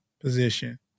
position